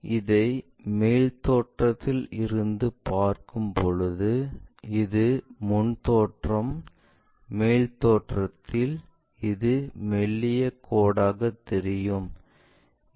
இதை மேல் தோற்றத்தில் இருந்து பார்க்கும் பொழுது இது முன்தோற்றம் மேல் தோற்றத்தில் இது மெல்லிய கோடாக தெரியும்